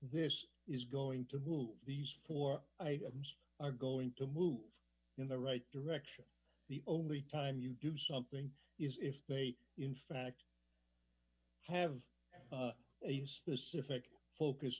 this is going to move these four items are going to move in the right direction the only time you do something is if they in fact have specific focus